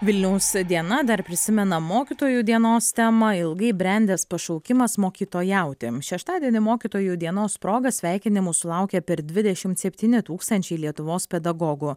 vilniaus diena dar prisimena mokytojų dienos temą ilgai brendęs pašaukimas mokytojauti šeštadienį mokytojų dienos proga sveikinimų sulaukė per dvidešimt septyni tūkstančiai lietuvos pedagogų